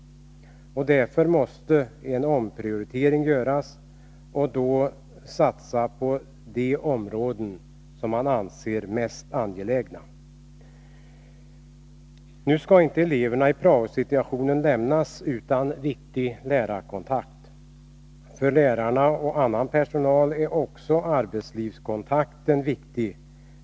Därför måste en omprioritering ske, så att man satsar på de områden som anses mest angelägna. Nu skall inte eleverna i prao-situationen lämnas utan viktig lärarkontakt. Också för lärarna och annan skolpersonal är arbetslivskontakten betydelsefull.